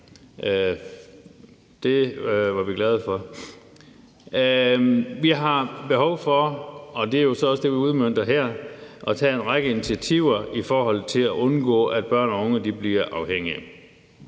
det var vi glade for. Vi har behov for, og det er jo så også, det vi udmønter her, at tage en række initiativer for at undgå, at børn og unge bliver afhængige,